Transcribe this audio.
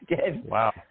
Wow